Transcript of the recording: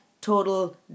total